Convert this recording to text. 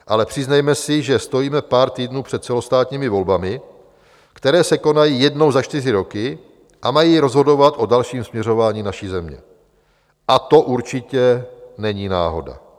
Ale přiznejme si, že stojíme pár týdnů před celostátními volbami, které se konají jednou za čtyři roky a mají rozhodovat o dalším směřování naší země, a to určitě není náhoda.